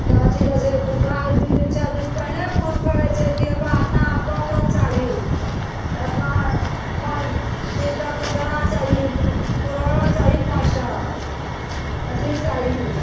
तऽ अथी करय छै कुम्हराके दू दिन चारि दिन पहिने फोन करय छै की हमरा एतना बर्तन चाही एतना पाँच तीन टा कन्टारा चाही पुरहरो चाही पाँच टा अथी चाही